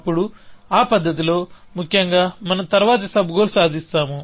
అప్పుడు ఆ పద్ధతిలో ముఖ్యంగా మనం తరువాతి సబ్ గోల్ సాధిస్తాము